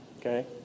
Okay